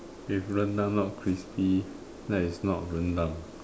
if rendang not crispy that is not rendang